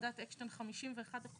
בוועדת אקשטיין קבעו 51%?